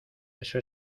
eso